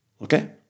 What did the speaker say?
Okay